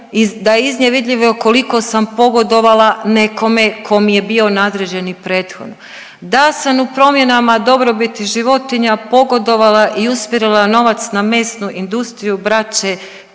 da je iz nje vidljivo koliko sam pogodovala nekome ko mi je bio nadređeni prethodno, da sam u promjenama dobrobiti životinja pogodovala i usmjerila novac na Mesnu industriju braće